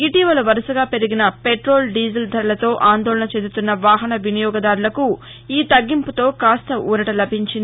ఇటీవల వరుసగా పెరిగిన పెట్రోల్ డీజిల్ ధరలతో అందోళన చెందుతున్న వాహన వినియోగదారులకు ఈ తగ్గింపుతో కాస్త ఊరట లభించింది